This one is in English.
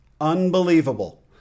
Unbelievable